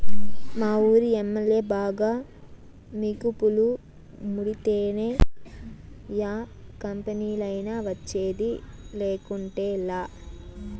మావూరి MLA బాగా మికుపులు ముడితేనే యా కంపెనీలైనా వచ్చేది, లేకుంటేలా